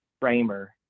framer